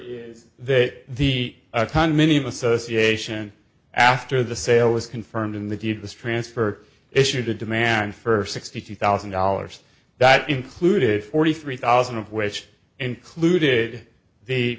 is that the condominium association after the sale was confirmed in the deed this transfer issued a demand for sixty thousand dollars that included forty three thousand of which included the